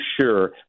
sure